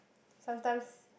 sometimes